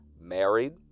married